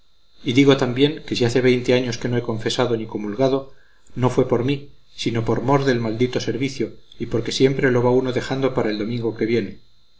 y digo también que si hace veinte años que no he confesado ni comulgado no fue por mí sino por mor del maldito servicio y porque siempre lo va uno dejando para el domingo que viene